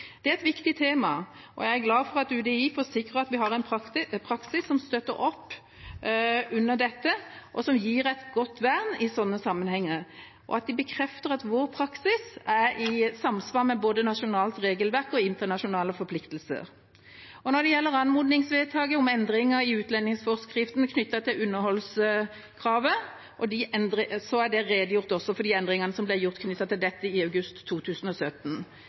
Det er et viktig tema. Jeg er glad for at UDI forsikrer at vi har en praksis som støtter opp under dette, og som gir et godt vern i slike sammenhenger, og at de bekrefter at vår praksis er i samsvar med både nasjonalt regelverk og internasjonale forpliktelser. Når det gjelder anmodningsvedtaket om endringer i utlendingsforskriften knyttet til underholdskravet, er det redegjort også for de endringene som ble gjort knyttet til dette i august 2017.